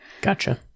Gotcha